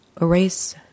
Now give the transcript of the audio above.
erase